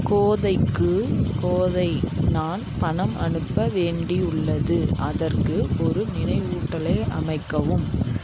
கோதைக்கு கோதை நான் பணம் அனுப்ப வேண்டியுள்ளது அதற்கு ஒரு நினைவூட்டலை அமைக்கவும்